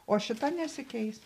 o šita nesikeis